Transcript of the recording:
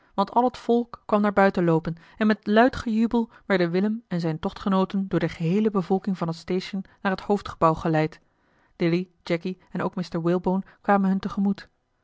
want al het volk kwam naar buiten loopen en met luid gejubel werden willem en zijne tochtgenooten door de geheele bevolking van het station naar het hoofdgebouw geleid dilly jacky en ook mr walebone kwamen hun